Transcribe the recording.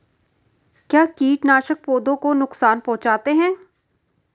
क्या कीटनाशक पौधों को नुकसान पहुँचाते हैं?